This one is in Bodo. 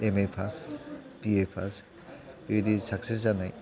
M A pass B A pass बेबादि साक्सेस जानाय